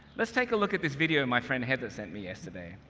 let's take a look at this video my friend heather sent me yesterday.